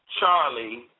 Charlie